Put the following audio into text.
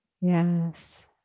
Yes